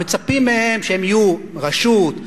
מצפים מהם שהם יהיו רשות,